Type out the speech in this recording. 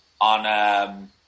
on